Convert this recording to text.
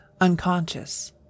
unconscious